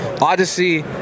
Odyssey